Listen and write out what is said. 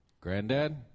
Granddad